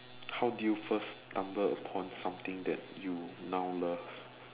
how do you first stumble upon something that you now love